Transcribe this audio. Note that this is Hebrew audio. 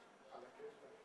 הישיבה הבאה תתקיים מחר,